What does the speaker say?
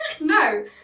no